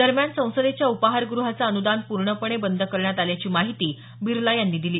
दरम्यान संसदेच्या उपाहारग्रहाचं अनुदान पूर्णपणे बंद करण्यात आल्याची माहिती बिर्ला यांनी दिली